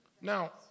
Now